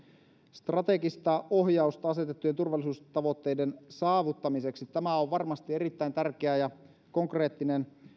strategista ohjausta asetettujen turvallisuustavoitteiden saavuttamiseksi tämä on varmasti erittäin tärkeä ja konkreettinen